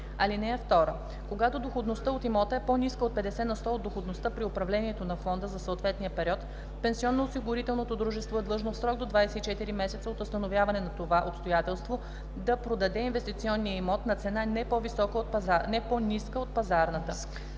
период. (2) Когато доходността от имота е по-ниска от 50 на сто от доходността при управлението на фонда за съответния период, пенсионноосигурителното дружество е длъжно в срок до 24 месеца от установяване на това обстоятелство да продаде инвестиционния имот на цена не по-ниска от пазарната.